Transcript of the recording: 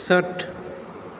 षट्